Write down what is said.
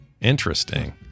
Interesting